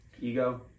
Ego